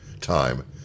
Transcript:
time